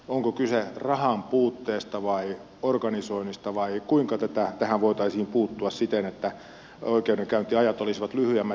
onko kyse rahanpuutteesta vai organisoinnista vai kuinka tähän voitaisiin puuttua siten että oikeudenkäyntiajat olisivat lyhyemmät